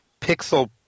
Pixel